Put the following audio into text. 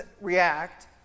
react